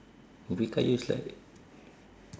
ubi kayu is like